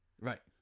Right